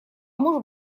может